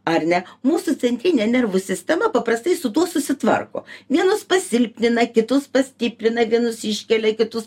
ar ne mūsų centrinė nervų sistema paprastai su tuo susitvarko vienus pasilpnina kitus pastiprina vienus iškelia kitus